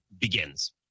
begins